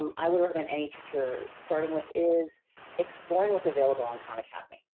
um i will recommend any teacher starting with is exploring what's available on khan academy.